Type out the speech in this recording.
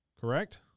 Correct